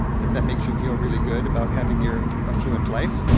and if that makes you feel really good about having your affluent life,